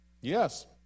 Yes